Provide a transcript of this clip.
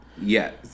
Yes